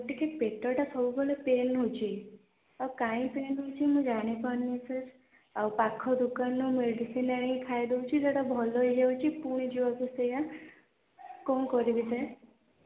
ମୋର ଟିକେ ପେଟଟା ସବୁବେଳେ ପେନ୍ ହେଉଛି ଆଉ କାଇଁ ପେନ୍ ହେଉଛି ମୁଁ ଜାଣି ପାରୁନି ସାର୍ ଆଉ ପାଖ ଦୋକାନରୁ ମେଡ଼ିସିନ୍ ଆଣିକି ଖାଇ ଦେଉଛି ସେଇଟା ଭଲ ହେଇ ଯାଉଛି ପୁଣି ଯାହାକୁ ସେଇଆ କ'ଣ କରିବି ସାର୍